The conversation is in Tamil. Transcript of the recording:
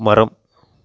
மரம்